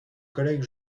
collègue